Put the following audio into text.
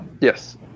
Yes